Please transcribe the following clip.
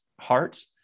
hearts